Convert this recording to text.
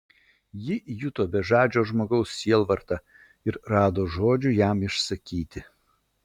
ji juto bežadžio žmogaus sielvartą ir rado žodžių jam išsakyti